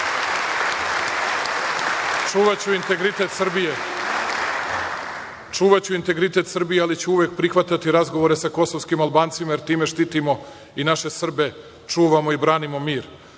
rađamo. Čuvaću integritet Srbije, ali ću uvek prihvatati razgovore sa kosovskim Albancima, jer time štitimo i naše Srbe, čuvamo i branimo mir.